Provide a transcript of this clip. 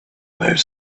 more